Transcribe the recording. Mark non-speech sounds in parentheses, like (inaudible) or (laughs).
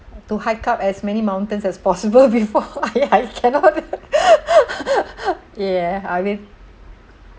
to hike up as many mountains as possible (laughs) before (laughs) I cannot (laughs) yeah I mean